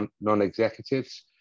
non-executives